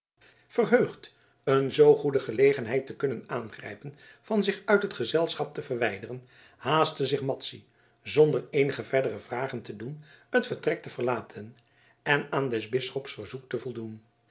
verheugd een zoo goede gelegenheid te kunnen aangrijpen van zich uit het gezelschap te verwijderen haastte zich madzy zonder eenige verdere vragen te doen het vertrek te verlaten en aan des bisschops verzoek te voldoen